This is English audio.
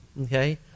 okay